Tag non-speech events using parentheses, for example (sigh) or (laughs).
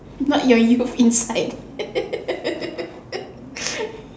not your youth inside (laughs)